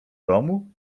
domu